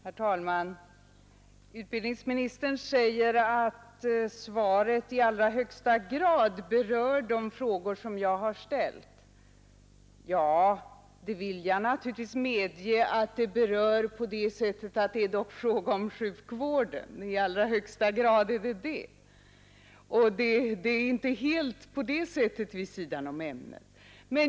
Herr talman! Utbildningsministern säger att svaret i allra högsta grad berör de frågor som jag har ställt. Ja, jag vill naturligtvis medge att det berör dem på det sättet att det dock är fråga om sjukvården, och således är svaret inte helt vid sidan om ämnet.